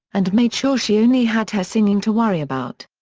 and made sure she only had her singing to worry about.